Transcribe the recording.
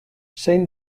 zein